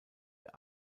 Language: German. ihr